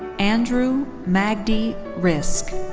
andrew magdi rizk.